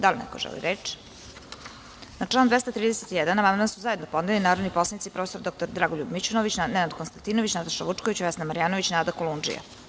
Da li neko želi reč? (Ne) Na član 231. amandman su zajednopodneli narodni poslanici prof. dr Dragoljub Mićunović, Nenad Konstantinović, Nataša Vučković, Vesna Marjanović i Nada Kolundžija.